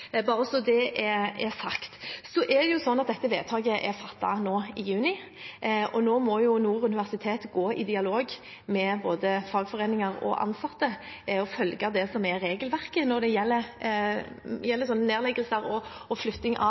så det er sagt. Dette vedtaket ble fattet i juni, og nå må Nord universitet gå i dialog med både fagforeninger og ansatte og regelverket når det gjelder nedleggelser og flytting av ansatte. Studentene som i dag er